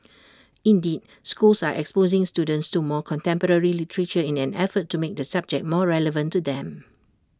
indeed schools are exposing students to more contemporary literature in an effort to make the subject more relevant to them